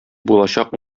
булачак